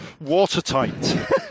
Watertight